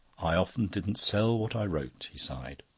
i often didn't sell what i wrote. he sighed.